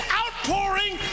outpouring